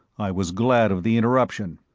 i was glad of the interruption.